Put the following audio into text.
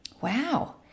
Wow